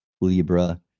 libra